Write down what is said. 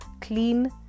clean